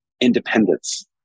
independence